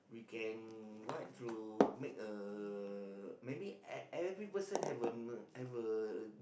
we can what through make a maybe ev~ every person have a me~ have a